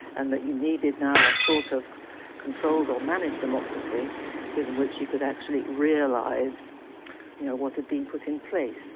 and that you needed now a sort of controlled or managed democracy within which you could actually realise you know what had been put in place.